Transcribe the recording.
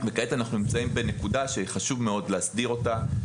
כעת אנחנו נמצאים בנקודה שחשוב מאוד להסדיר אותה,